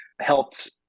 helped